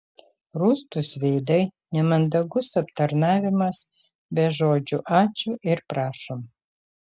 rūstūs veidai nemandagus aptarnavimas be žodžių ačiū ir prašom